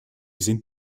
sind